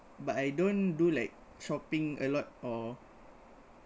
but I don't do like shopping a lot or